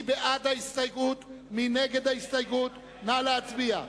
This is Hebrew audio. מי בעד ההסתייגות, מי נגד ההסתייגות, נא להצביע.